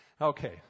Okay